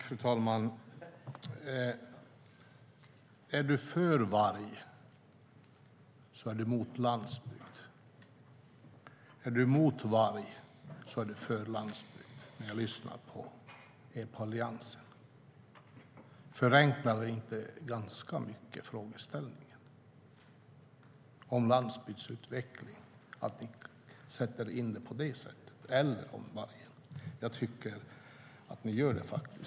Fru talman! Om du är för varg är du emot landsbygd, och om du är emot varg är du för landsbygd. Det hör jag när jag lyssnar på Alliansen. Förenklar ni inte frågeställningen om landsbygdsutveckling eller vargen ganska mycket när ni sätter in det på det sättet?